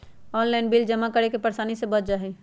Online bill जमा करे से परेशानी से बच जाहई?